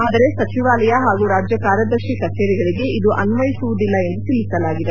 ಆದರೆ ಸಚಿವಾಲಯ ಹಾಗೂ ರಾಜ್ಯ ಕಾರ್ಯದರ್ಶಿ ಕಚೇರಿಗಳಿಗೆ ಇದು ಅನ್ವಯಿಸುವುದಿಲ್ಲ ಎಂದು ತಿಳಿಸಲಾಗಿದೆ